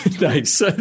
Nice